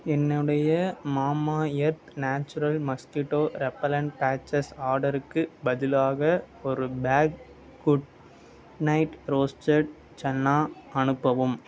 என்னுடைய Mamaearth natural mosquito repellent patches ஆர்டருக்குப் பதிலாக ஒரு pack Good Knight roasted chana அனுப்பவும்